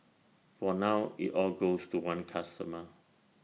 for now IT all goes to one customer